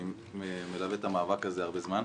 אני מלווה את המאבק הזה הרבה זמן.